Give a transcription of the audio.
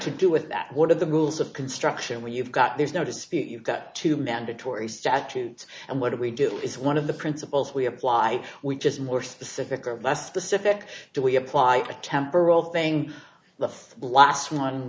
to do with that one of the rules of construction when you've got there's no dispute you've got to mandatory statutes and what do we do is one of the principles we apply we just more specific or less specific do we apply a temporal thing the blast one